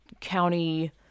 county